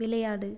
விளையாடு